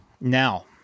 Now